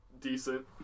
decent